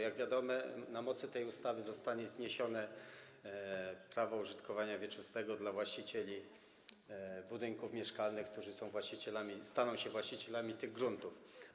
Jak wiadomo, na mocy tej ustawy zostanie zniesione prawo użytkowania wieczystego dla właścicieli budynków mieszkalnych, którzy staną się właścicielami tych gruntów.